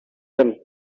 them